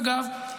אגב,